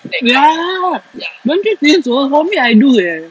ya don't you think so for me I do eh